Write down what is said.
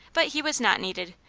but he was not needed.